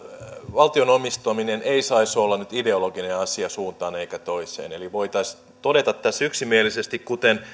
valtion omistaminen ei saisi olla nyt ideologinen asia suuntaan eikä toiseen eli voitaisiin todeta tässä yksimielisesti kuten